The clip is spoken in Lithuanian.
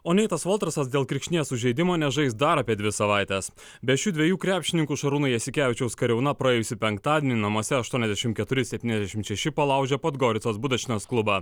o neitas voltrasas dėl kirkšnies sužeidimo nežais dar apie dvi savaites be šių dviejų krepšininkų šarūno jasikevičiaus kariauna praėjusį penktadienį namuose aštuoniasdešimt keturi septyniasdešimt šeši palaužė podgoricos budačinas klubą